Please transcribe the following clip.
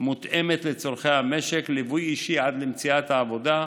מותאמת לצורכי המשק, ליווי אישי עד למציאת העבודה,